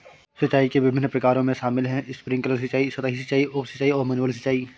सिंचाई के विभिन्न प्रकारों में शामिल है स्प्रिंकलर सिंचाई, सतही सिंचाई, उप सिंचाई और मैनुअल सिंचाई